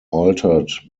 altered